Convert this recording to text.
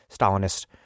Stalinist